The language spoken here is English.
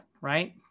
right